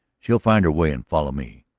she'll find her way and follow me.